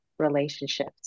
relationships